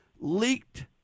leaked